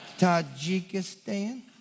Tajikistan